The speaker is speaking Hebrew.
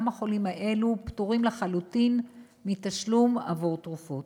גם החולים האלו פטורים לחלוטין מתשלום עבור תרופות.